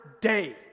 day